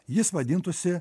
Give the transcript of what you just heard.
jis vadintųsi